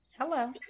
Hello